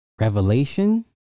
revelation